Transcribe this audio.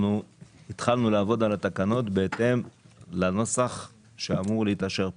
אנחנו התחלנו לעבוד על התקנות בהתאם לנוסח שאמור להתאשר כאן.